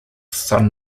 son